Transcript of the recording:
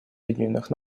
объединенных